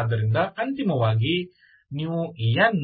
ಆದ್ದರಿಂದ ಅಂತಿಮವಾಗಿ ನೀವು n